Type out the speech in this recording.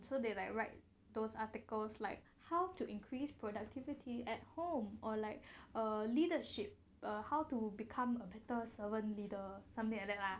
so they like right those articles like how to increase productivity at home or like uh leadership or how to become a better servant leader something like that lah !wow! ya so like we were just copy and paste